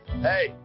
Hey